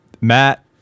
Matt